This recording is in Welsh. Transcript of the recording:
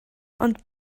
ond